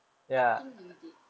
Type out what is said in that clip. think you did